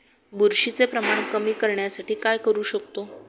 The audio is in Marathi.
बुरशीचे प्रमाण कमी करण्यासाठी काय करू शकतो?